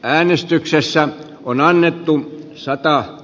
äänestyksessä on annettu satoa